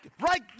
Right